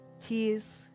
tears